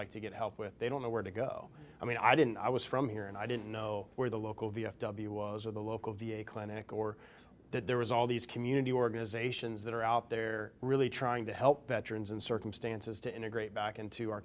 like to get help with they don't know where to go i mean i didn't i was from here and i didn't know where the local v f w was or the local v a clinic or that there was all these community organizations that are out there really trying to help veterans and circumstances to integrate back into our